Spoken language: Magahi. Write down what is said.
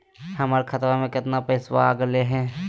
हमर खतवा में कितना पैसवा अगले हई?